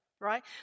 right